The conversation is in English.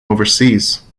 overseas